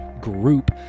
group